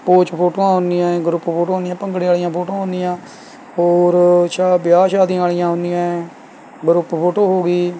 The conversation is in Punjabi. ਪੋਜ਼ ਫੋਟੋਆਂ ਹੁੰਦੀਆਂ ਏ ਗਰੁੱਪ ਫੋਟੋਆਂ ਹੁੰਦੀਆਂ ਭੰਗੜੇ ਵਾਲ਼ੀਆਂ ਫੋਟੋਆਂ ਹੁੰਦੀਆਂ ਹੋਰ ਅੱਛਾ ਵਿਆਹ ਸ਼ਾਦੀਆਂ ਵਾਲ਼ੀਆਂ ਹੁੰਨੀਆ ਏ ਗਰੁੱਪ ਫੋਟੋ ਹੋ ਗਈ